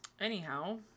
Anyhow